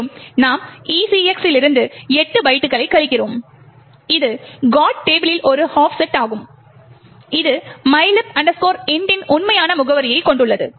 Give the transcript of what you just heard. மேலும் நாம் ECX இலிருந்து 8 பைட்டுகளைக் கழிக்கிறோம் இது GOT டேபிளில் ஒரு ஆஃப்செட் ஆகும் இது mylib int இன் உண்மையான முகவரியைக் கொண்டுள்ளது